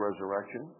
resurrection